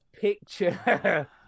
picture